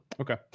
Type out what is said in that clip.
okay